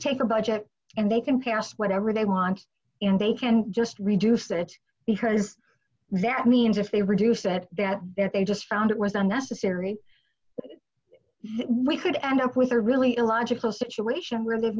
take a budget and they can pass whatever they want and they can just reduce it because that means if they reduce that that that they just found it was unnecessary we could end up with a really illogical situation where they've